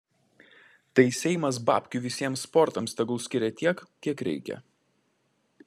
tai seimas babkių visiems sportams tegul skiria tiek kiek reikia